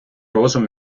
розум